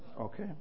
Okay